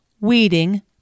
weeding